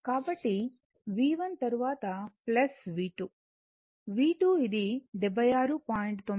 కాబట్టిV1 తరువాత V2V2 ఇది 76